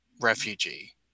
refugee